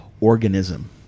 Organism